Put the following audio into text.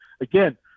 again